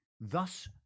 thus